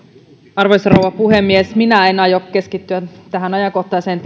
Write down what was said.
arvoisa rouva puhemies minä en aio keskittyä ajankohtaiseen